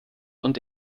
und